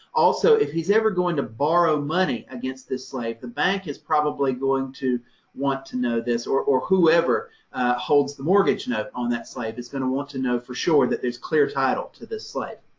also, if he's ever going to borrow money against this slave, the bank is going probably going to want to know this or or whoever holds the mortgage note on that slave, is going to want to know for sure that there's clear title to this slave.